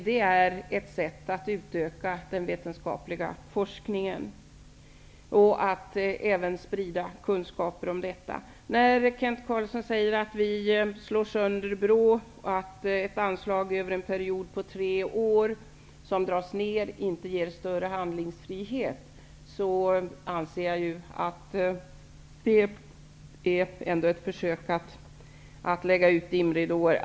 Det är ett sätt att utöka den vetenskapliga forskningen -- och även att sprida kunskaper om forskning. Kent Carlsson säger att vi slår sönder BRÅ och att det anslag som skall ges över en period på tre år kommer att dras ned och därmed inte ge större handlingsfrihet. Jag anser att det är ett försök att lägga ut dimridåer.